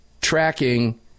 tracking